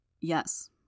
Yes